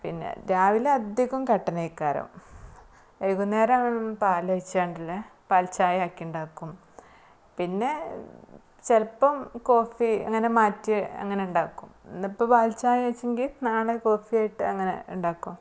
പിന്നെ രാവില അധികം കട്ടനായിക്കാരം വൈകുന്നേരം പാൽ ഒഴിച്ചു കൊണ്ടുള്ള പാൽ ചായ ആക്കി ഉണ്ടാക്കും പിന്നെ ചിലപ്പം കോഫി അങ്ങനെ മാറ്റി അങ്ങനെ ഉണ്ടാക്കും ഇന്ന് ഇപ്പം പാൽ ചായ വച്ചെങ്കിൽ നാളെ കോഫി ആയിട്ടങ്ങനെ ഉണ്ടാക്കും